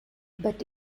but